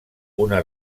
una